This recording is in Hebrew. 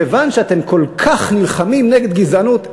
מכיוון שאתם כל כך נלחמים נגד גזענות,